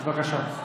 בבקשה.